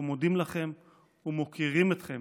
אנחנו מודים לכם ומוקירים אתכם,